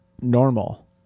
normal